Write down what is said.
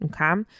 okay